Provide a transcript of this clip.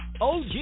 OG